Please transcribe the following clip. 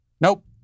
Nope